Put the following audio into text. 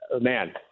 Man